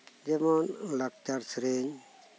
ᱡᱮᱢᱚᱱ ᱞᱟᱠᱪᱟᱨ ᱥᱮᱹᱨᱮᱹᱧ